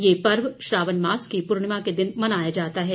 ये पर्व श्रावण मास की पूर्णिमा के दिन मनाया जाता है